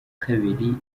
kabiri